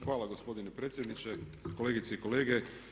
Hvala gospodine predsjedniče, kolegice i kolege.